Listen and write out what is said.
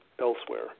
elsewhere